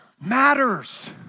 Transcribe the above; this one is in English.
matters